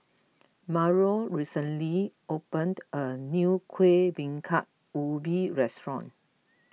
Mario recently opened a new Kueh Bingka Ubi restaurant